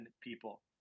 people